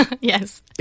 Yes